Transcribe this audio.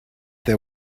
they